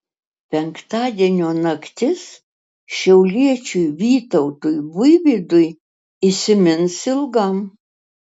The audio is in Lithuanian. penktadienio naktis šiauliečiui vytautui buivydui įsimins ilgam